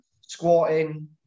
Squatting